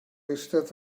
eistedd